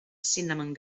cinnamon